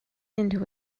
into